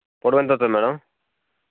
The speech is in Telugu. పొడవు ఎంత ఉంటుంది మేడం